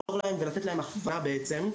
לעזור להם ולתת להם הכוונה בעצם,